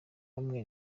bamwe